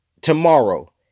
tomorrow